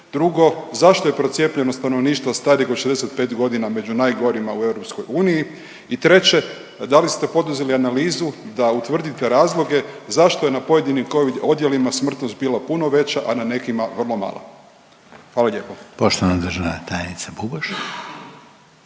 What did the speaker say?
Drugo, zašto je procijepljenost stanovništva starijih od 65 godina među najgorima u EU? I treće da li ste poduzeli analizu da utvrdite razloge zašto je na pojedinim covid odjelima smrtnost bila puno veća, a na nekima vrlo mala. Hvala lijepo. **Reiner, Željko